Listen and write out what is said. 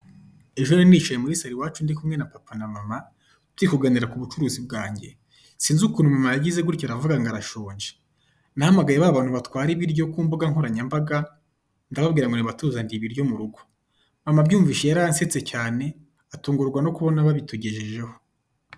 Ejo nari nicaye muri salo iwacu ndikumwe na papa na mama turi kuganira ku bucuruzi bwange, sinzi ukuntu mama yagize gutya aravuga ngo arashonje. Nahamagaye ba bantu batwara ibiryo ku mbuga nkoranyambaga ndababwira ngo nibatuzanire ibiryo mu rugo. Mama abyumvise yaransetse cyane atungurwa no kubona babitugejejeho.